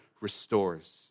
restores